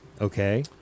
Okay